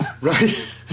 Right